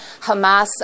Hamas